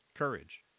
Courage